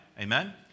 Amen